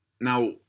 Now